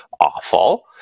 awful